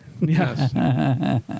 Yes